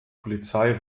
polizei